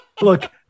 Look